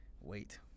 wait